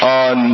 on